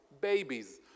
babies